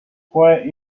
fue